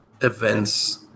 events